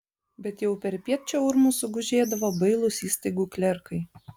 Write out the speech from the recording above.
bet jau perpiet čia urmu sugužėdavo bailūs įstaigų klerkai